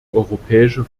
europäische